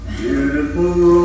Beautiful